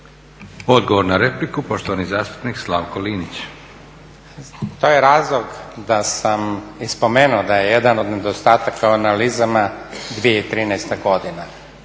Odgovor na repliku, poštovani zastupnik Slavko Linić. **Linić, Slavko (Nezavisni)** To je razlog da sam i spomenuo da je jedan od nedostataka u analizama 2013. godina,